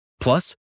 Plus